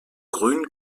grün